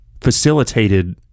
facilitated